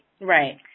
Right